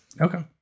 Okay